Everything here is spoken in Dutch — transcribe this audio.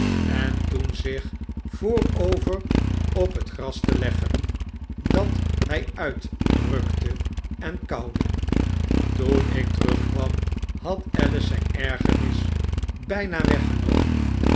en toen zich voorover op het grasteleggen dat hy uitrukte en kauwde toen ik terugkwam had alice zyn ergernis byna weggenomen